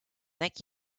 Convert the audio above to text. neck